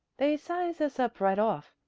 they size us up right off.